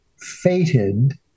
fated